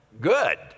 good